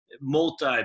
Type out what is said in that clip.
Multi